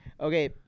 Okay